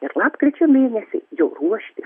ir lapkričio mėnesį jau ruoštis